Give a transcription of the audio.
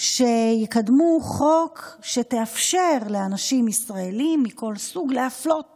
שיקדמו חוק שיאפשר לאנשים ישראלים מכל סוג להפלות